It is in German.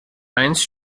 einst